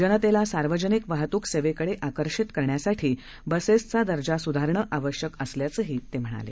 जनतेला सार्वजनिक वाहतूक सेवेकडे आकर्षित करण्यासाठी बसेसचा दर्जा सुधारणं आवश्यक असल्याचंही ते म्हणाले